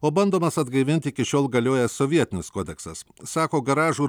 o bandomas atgaivinti iki šiol galiojęs sovietinis kodeksas sako garažų ir mažų